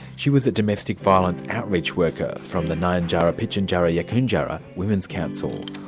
she was a domestic violence outreach workers from the nyahnyuhtjahrur pijuhnjahruh yunkoonjahruh women's council,